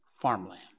farmland